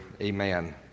amen